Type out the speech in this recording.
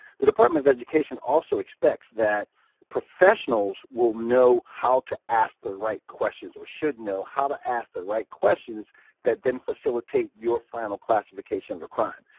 the department of education also expects that professionals will know how to ask the right questions, or should know how to ask the right questions that then facilitate your final classification of a crime.